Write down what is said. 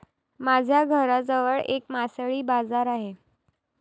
माझ्या घराजवळ एक मासळी बाजार आहे